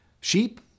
Sheep